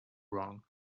wrong